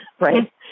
right